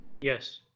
Yes